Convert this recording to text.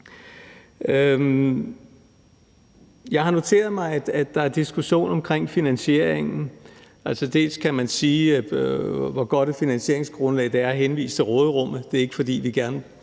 Jeg har noteret mig, at der er en diskussion omkring finansieringen. Altså, man kan både spørge, hvor godt et finansieringsgrundlag det er at henvise til råderummet – det er ikke, fordi vi ikke